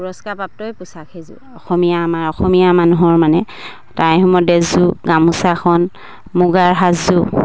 পুৰস্কাৰ প্ৰাপ্তই পোছাক সেইযোৰ অসমীয়া আমাৰ অসমীয়া মানুহৰ মানে তাই আহোমৰ ড্ৰেছযোৰ গামোচাখন মুগাৰ সাজযোৰ